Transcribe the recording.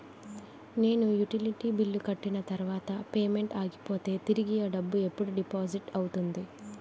నేను utility bill కట్టిన తర్వాత పేమెంట్ ఆగిపోతే తిరిగి అ డబ్బు ఎప్పుడు డిపాజిట్ అవుతుంది?